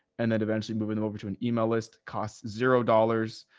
and then eventually moving them over to an email list costs zero dollars.